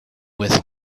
with